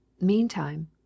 Meantime